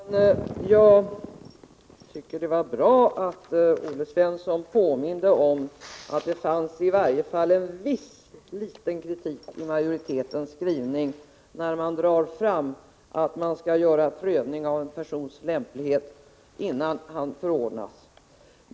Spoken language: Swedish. Fru talman! Jag tycker det var bra att Olle Svensson påminde om att det i majoritetens skrivning framförs i varje fall en viss kritik när man drar fram att prövningen av en persons lämplighet skall göras innan han förordnas.